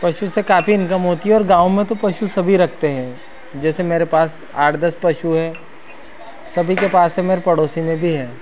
पशु से काफी इनकम होती है और गाँव में तो पशु सभी रखते हैं जैसे मेरे पास आठ दस पशु हैं सभी के पास मेरे पड़ोसी में भी हैं